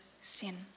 sin